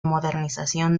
modernización